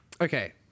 Okay